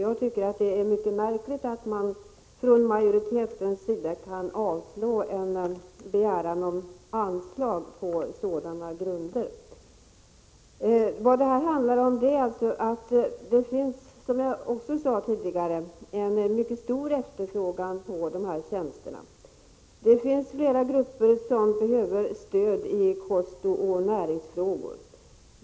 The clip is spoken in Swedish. Jag tycker att det är mycket märkligt att man från majoritetens sida på sådana grunder kan avstyrka en begäran om anslag. Vad det hela handlar om är alltså — som jag tidigare sade — att det finns en mycket stor efterfrågan på sådana här tjänster. Det är flera grupper som behöver stöd i kostoch näringsfrågor.